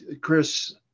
Chris